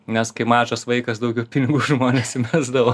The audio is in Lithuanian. nes kai mažas vaikas daugiau pinigų žmonės įmesdavo